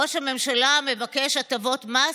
ראש הממשלה מבקש הטבות מס,